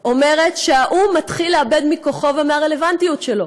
אומרת שהאו"ם מתחיל לאבד מכוחו ומהרלוונטיות שלו.